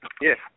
Yes